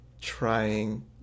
trying